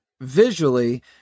visually